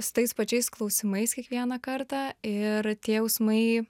su tais pačiais klausimais kiekvieną kartą ir tie jausmai